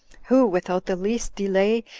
who, without the least delay,